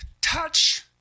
touch